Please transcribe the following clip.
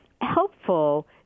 helpful